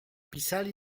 pisali